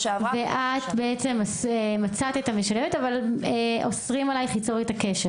כשאנחנו פונים אליהם שבתי ספר ורשויות מקומיות אוסרים על הקשר